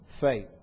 faith